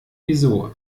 wieso